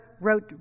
wrote